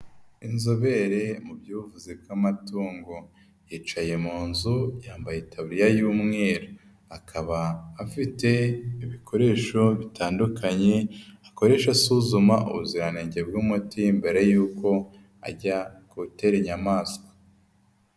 Inzobere mu byvuze koamatungo, yicaye mu nzu yambayetaba y'umweru, akaba afite ibikoresho bitandukanye akoresha asuzuma ubuziranenge bw'umuti mbere y'uko ajya kuwutera inyamaswa.